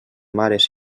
mares